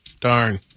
darn